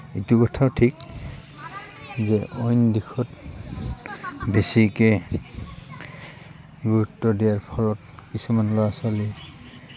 এইটো কথাও ঠিক যে অইন দিশত বেছিকৈ গুৰুত্ব দিয়াৰ ফলত কিছুমান ল'ৰা ছোৱালী